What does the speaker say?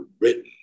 written